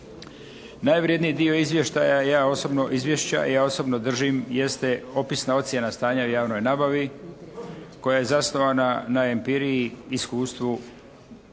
Najvredniji dio izvješća ja osobno držim jeste opisna ocjena stanja u javnoj nabavi koja je zasnovana na emipiriji, iskustvu i iz